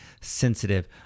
sensitive